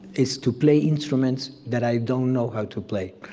is to play instruments that i don't know how to play.